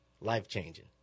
Life-changing